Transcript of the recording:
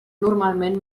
normalment